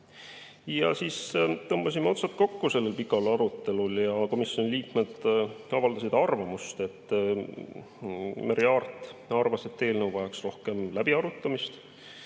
tõmbasime otsad kokku sellel pikal arutelul ja komisjoni liikmed avaldasid arvamust. Merry Aart arvas, et eelnõu vajaks rohkem läbiarutamist,